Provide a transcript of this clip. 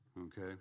okay